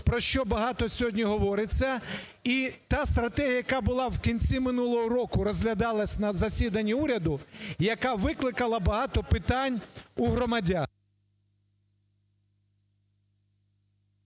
про що багато сьогодні говориться? І та стратегія, яка була в кінці минулого року, розглядалась на засіданні уряду, яка викликала багато питань у громадян…